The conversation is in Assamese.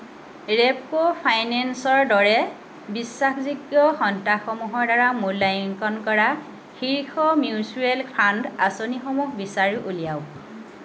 ৰেপ্ক' ফাইনেন্সৰ দৰে বিশ্বাসযোগ্য সন্থাসমূহৰ দ্বাৰা মূল্যাংকন কৰা শীৰ্ষ মিউচুৱেল ফাণ্ড আঁচনিসমূহ বিচাৰি উলিয়াওক